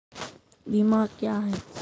बीमा क्या हैं?